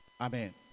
Amen